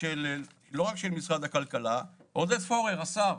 לא רק של משרד הכלכלה; עודד פורר השר,